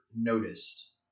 noticed